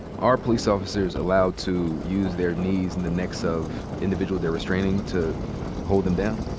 are police officers allowed to use their knees in the necks of individuals they're restraining to hold them down?